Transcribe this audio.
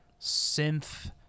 Synth